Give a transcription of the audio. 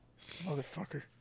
Motherfucker